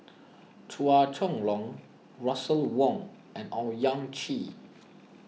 Chua Chong Long Russel Wong and Owyang Chi